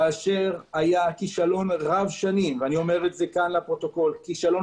כאשר היה כישלון רב שנים אני אומר זאת לפרוטוקול כישלון